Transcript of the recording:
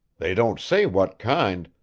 they don't say what kind,